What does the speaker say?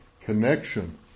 connection